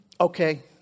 okay